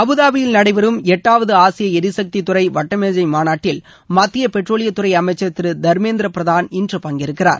அபுதாபியில் நடைபெறும் எட்டாவது ஆசிய எரிசக்தித்துறை வட்டமேஜை மாநாட்டில் மத்திய பெட்ரோலியத்துறை அமைச்சர் திரு தர்மேந்திர பிரதான் இன்று பங்கேற்கிறார்